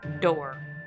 door